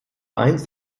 einst